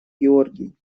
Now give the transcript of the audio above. георгий